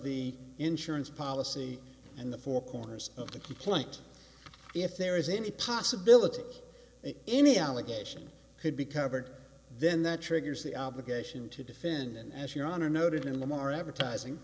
the insurance policy and the four corners of the complaint if there is any possibility any allegation could be covered then that triggers the obligation to defend and as your honor noted in them are advertising